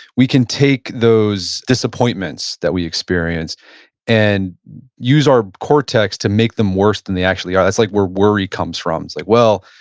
we can take those disappointments that we experience and use our cortex to make them worse than they actually are. that's like where worry comes from, it's like, well,